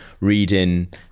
reading